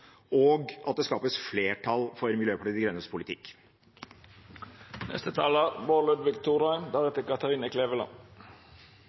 og at det skapes flertall for Miljøpartiet De Grønnes